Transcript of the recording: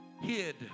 hid